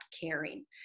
caring